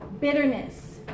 Bitterness